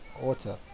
water